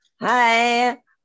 hi